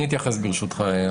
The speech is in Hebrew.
אני אתייחס ברשותך.